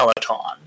Peloton